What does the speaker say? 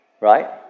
Right